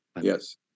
Yes